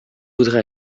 voudrais